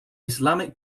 islamic